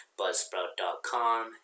buzzsprout.com